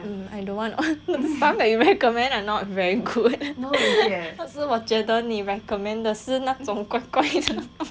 mm I don't want the one that you recommend are not very good 可是我觉得你 recommend 的是那种怪怪的